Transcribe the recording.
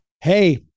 hey